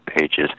pages